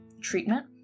treatment